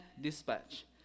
dispatch